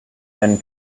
then